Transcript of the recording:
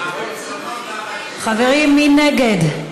חברים, מי נגד?